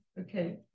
Okay